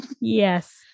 Yes